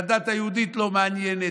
הדת היהודית לא מעניינת,